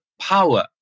power